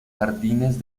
jardines